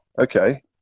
okay